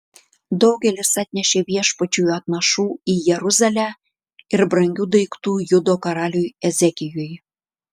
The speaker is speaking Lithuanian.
daugelis atnešė viešpačiui atnašų į jeruzalę ir brangių daiktų judo karaliui ezekijui